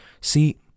See